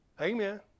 Amen